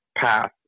path